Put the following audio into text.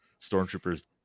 stormtroopers